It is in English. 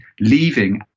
leaving